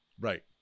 right